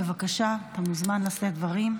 בבקשה, אתה מוזמן לשאת דברים.